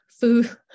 Food